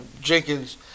Jenkins